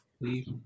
Leave